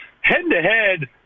Head-to-head